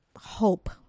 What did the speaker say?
hope